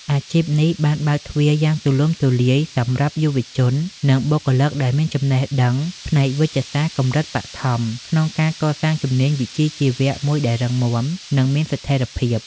អាជីពនេះបានបើកទ្វារយ៉ាងទូលំទូលាយសម្រាប់យុវជន និងបុគ្គលដែលមានចំណេះដឹងផ្នែកវេជ្ជសាស្ត្រកម្រិតបឋម ក្នុងការកសាងជំនាញវិជ្ជាជីវៈមួយដែលរឹងមាំ និងមានស្ថិរភាព។